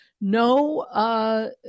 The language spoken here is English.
No